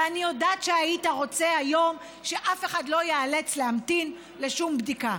ואני יודעת שהיית רוצה היום שאף אחד לא ייאלץ להמתין לשום בדיקה.